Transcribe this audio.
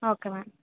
okay madam